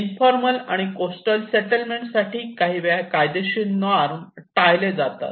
informal आणि coastal settlement साठी काही वेळा कायदेशीर नॉर्म टाळले जातात